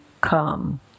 come